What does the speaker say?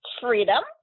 freedom